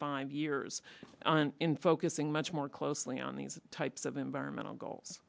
five years in focusing much more closely on these types of environmental goals